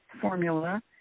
formula